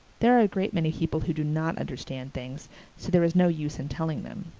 there are a great many people who do not understand things so there is no use in telling them